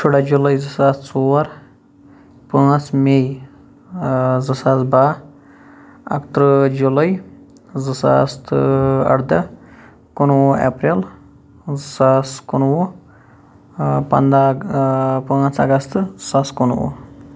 شُراہ جُلاے زٕ ساس ژور پٲنٛژھ مےٚ زٕ ساس باہ اَکتٕرہ جُلاے زٕ ساس پَنٛداہ کُنوُہ ایٚپریل زٕ ساس کُنوُہ پَنٛداہ پانٛژھ اَگَست زٕ ساس کُنوُہ